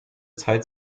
zeit